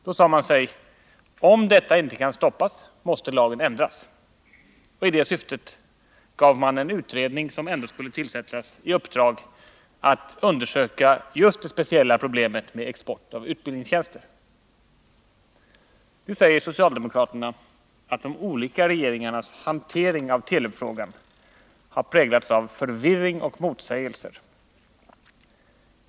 Då sade man sig: Om denna affär inte kan stoppas måste lagen ändras. I det syftet gav man en utredning, som ändå skulle tillsättas, i uppdrag att undersöka just det speciella problemet med export av utbildningstjänster. Nu säger socialdemokraterna att de olika regeringarnas hantering av Telubfrågan har präglats av förvirring och motsägelser.